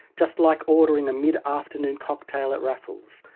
just like ordering a mid-afternoon cocktail at raffles,